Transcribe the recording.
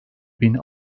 bin